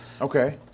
Okay